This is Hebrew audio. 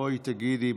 בואי תגידי,